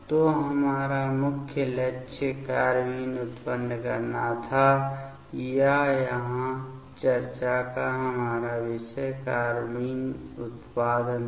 तो हमारा मुख्य लक्ष्य कार्बाइन उत्पन्न करना था या यहाँ चर्चा का हमारा विषय कार्बाइन उत्पादन था